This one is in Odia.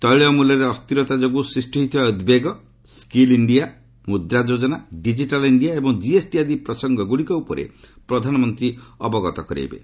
ତୈଳ ମୂଲ୍ୟରେ ଅସ୍ଥିରତା ଯୋଗୁ ସ୍ଚଷ୍ଟି ହୋଇଥିବା ଉଦ୍ବେଗ ସ୍କିଲ୍ ଇଣ୍ଡିଆ ମୁଦ୍ରା ଯୋଜନା ଡିଜିଟାଲ୍ ଇଣ୍ଡିଆ ଏବଂ ଜିଏସ୍ଟି ଆଦି ପ୍ରସଙ୍ଗଗୁଡ଼ିକ ଉପରେ ପ୍ରଧାନମନ୍ତ୍ରୀ ଅବଗତ କରାଇବେ